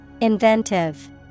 Inventive